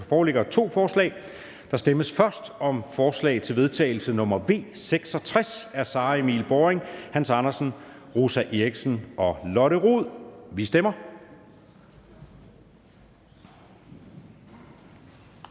foreligger to forslag. Der stemmes først om forslag til vedtagelse nr. V 66 af Sara Emil Baaring (S), Hans Andersen (V), Rosa Eriksen (M) og Lotte Rod (RV). Vi stemmer.